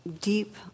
deep